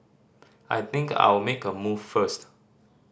I think I'll make a move first